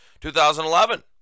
2011